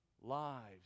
lives